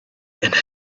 and